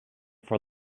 for